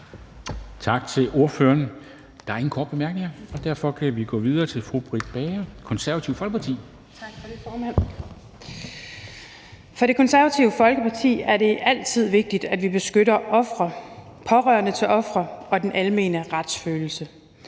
For Det Konservative Folkeparti er det altid vigtigt, at vi beskytter ofre, pårørende til ofre og den almene retsfølelse.